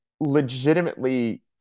legitimately